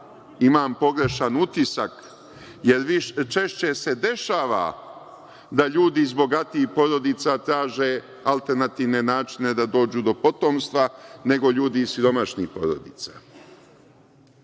imam pogrešan utisak, jer se češće dešava da ljudi iz bogatijih porodica traže alternativne načine da dođu do potomstva nego ljudi iz siromašnih porodica.